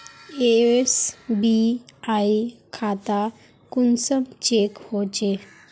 SBI खाता कुंसम check होचे?